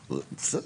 בסדר.